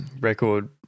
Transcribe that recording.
record